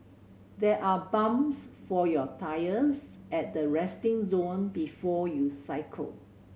there are pumps for your tyres at the resting zone before you cycle